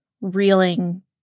reeling